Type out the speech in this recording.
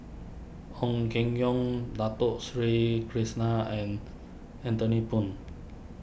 Ong Keng Yong Dato Sri Krishna and Anthony Poon